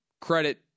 credit